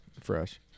fresh